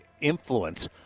influence